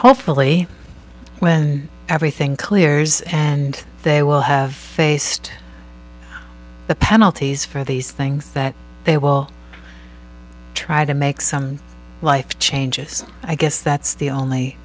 hopefully when everything clears and they will have faced the penalties for these things that they will try to make some life changes i guess that's the only